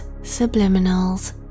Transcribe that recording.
subliminals